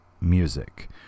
music